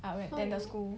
I will attend the school